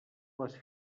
les